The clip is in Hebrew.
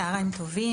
צוהריים טובים.